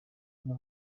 know